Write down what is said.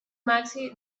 màxim